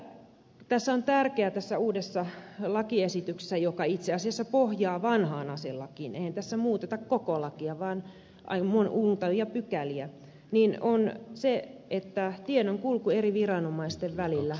tärkeää tässä uudessa lakiesityksessä joka itse asiassa pohjaa vanhaan aselakiin eihän tässä muuteta koko lakia vaan muutamia pykäliä on tiedonkulku eri viranomaisten välillä